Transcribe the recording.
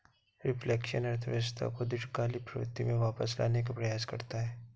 reflection अर्थव्यवस्था को दीर्घकालिक प्रवृत्ति में वापस लाने का प्रयास करता है